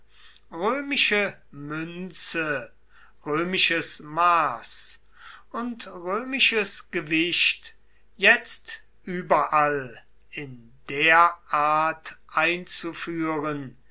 römische münze römisches maß und römisches gewicht jetzt überall in der art einzuführen